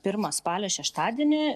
pirmą spalio šeštadienį